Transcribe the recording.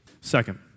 Second